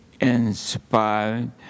inspired